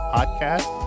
Podcast